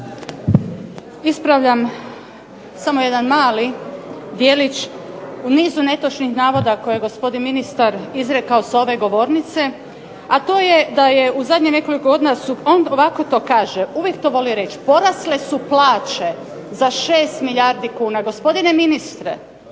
Ispravljam samo jedan mali djelić u nizu netočnih navoda koje je gospodin ministar izrekao s ove govornice, a to je da je u zadnjih nekoliko godina su, on ovako to kaže, uvijek to voli reći, porasle su plaće za 6 milijardi kuna. Gospodine ministre